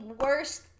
worst